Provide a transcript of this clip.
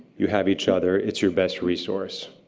you have each other, it's your best resource.